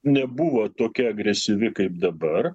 nebuvo tokia agresyvi kaip dabar